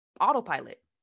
autopilot